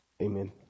amen